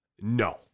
no